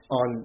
on